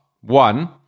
one